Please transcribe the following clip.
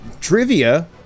Trivia